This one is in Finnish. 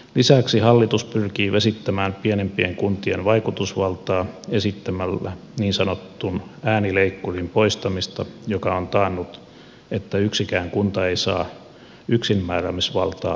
lisäksi hallitus pyrkii vesittämään pienempien kuntien vaikutusvaltaa esittämällä niin sanotun äänileikkurin poistamista joka on taannut että yksikään kunta ei saa yksinmääräämisvaltaa päätöksenteossa